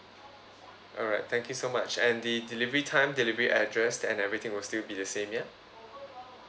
alright thank you so much and the delivery time delivery address and everything will still be the same ya